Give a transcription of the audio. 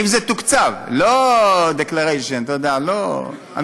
אם זה תוקצב, לא declaration, אתה יודע, אמיתי.